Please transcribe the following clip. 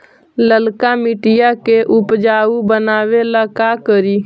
लालका मिट्टियां के उपजाऊ बनावे ला का करी?